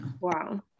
Wow